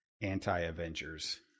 anti-Avengers